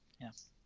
Yes